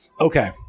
Okay